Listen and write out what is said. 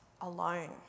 alone